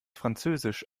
französisch